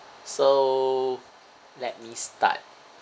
so let me start